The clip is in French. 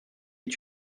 est